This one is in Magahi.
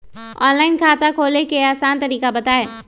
ऑनलाइन खाता खोले के आसान तरीका बताए?